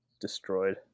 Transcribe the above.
destroyed